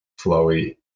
flowy